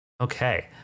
okay